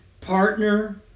Partner